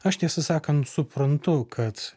aš tiesą sakant suprantu kad